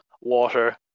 water